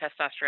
testosterone